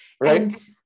right